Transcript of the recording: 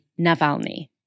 Navalny